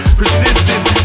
persistence